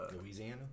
Louisiana